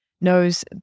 Knows